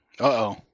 Uh-oh